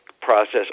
process